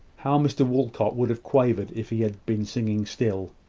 how mr walcot would have quavered if he had been singing still.